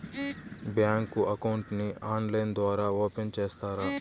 Bank account ని online ద్వారా open సేస్తారా?